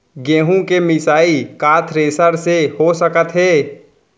गेहूँ के मिसाई का थ्रेसर से हो सकत हे?